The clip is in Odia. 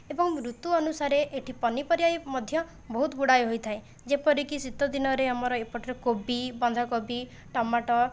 ଏବଂ ଋତୁ ଅନୁସାରେ ଏଠି ପନିପରିବା ବି ମଧ୍ୟ ବହୁତ ଗୁଡ଼ାଏ ହୋଇଥାଏ ଯେପରିକି ଶୀତ ଦିନରେ ଆମର ଏପଟର କୋବି ବନ୍ଧାକୋବି ଟମାଟ